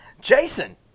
Jason